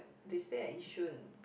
they stay at yishun